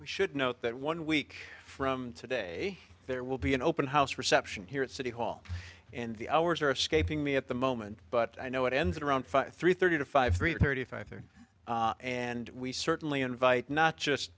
we should note that one week from today there will be an open house reception here at city hall and the hours are escaping me at the moment but i know it ends at around three thirty to five three thirty five thirty and we certainly invite not just